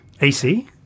AC